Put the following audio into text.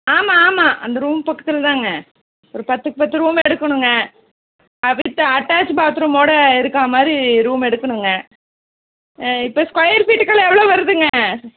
ஆமாம் ஆமாம் அந்த ரூம் பக்கத்தில்தாங்க ஒரு பத்துக்கு பத்து ரூம் எடுக்கணுங்க வித் அட்டாச் பாத் ரூமோடு இருக்காமாதிரி ரூம் எடுக்கணுங்க இப்போ ஸ்கோயர் ஃபீட்டுக்கு எவ்வளோ வருதுங்க